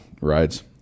rides